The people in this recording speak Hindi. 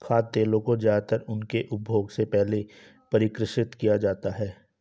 खाद्य तेलों को ज्यादातर उनके उपभोग से पहले परिष्कृत किया जाता है